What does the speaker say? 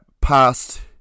past